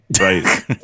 Right